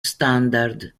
standard